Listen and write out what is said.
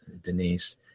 Denise